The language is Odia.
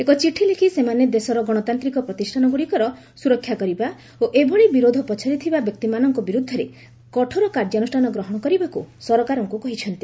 ଏକ ଚିଠି ଲେଖି ସେମାନେ ଦେଶର ଗଣତାନ୍ତିକ ପ୍ରତିଷ୍ଠାନ ଗୁଡ଼ିକର ସୁରକ୍ଷାକରିବା ଓ ଏଭଳି ବିରୋଧ ପଛରେ ଥିବା ବ୍ୟକ୍ତିମାନଙ୍କ ବିରୁଦ୍ଧରେ କଠୋର କାର୍ଯ୍ୟାନୁଷ୍ଠାନ ଗ୍ରହଣ କରିବାକୁ ସରକାରଙ୍କୁ କହିଛନ୍ତି